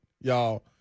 y'all